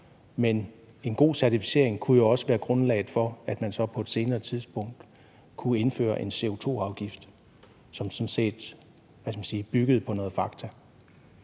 Men en god certificering kunne jo også være grundlaget for, at man så på et senere tidspunkt kunne indføre en CO2-afgift, som sådan set byggede på noget fakta.